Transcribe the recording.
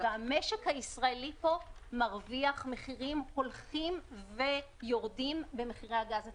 המשק הישראלי פה מרוויח מחירים הולכים ויורדים במחירי הגז הטבעי.